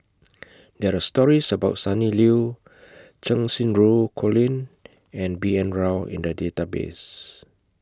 There Are stories about Sonny Liew Cheng Xinru Colin and B N Rao in The Database